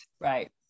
right